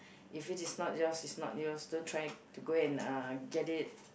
if it is not yours it's not yours don't try to go and uh get it